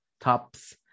tops